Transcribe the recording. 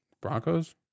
Broncos